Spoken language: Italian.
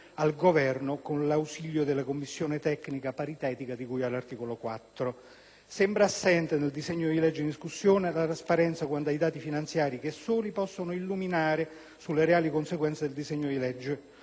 al Governo con l'ausilio della Commissione tecnica paritetica di cui all'articolo 4. Sembra assente, nel disegno di legge in discussione, la trasparenza quanto ai dati finanziari, che soli possono illuminare sulle reali conseguenze del disegno di legge